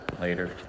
Later